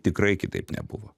tikrai kitaip nebuvo